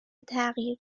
تغییر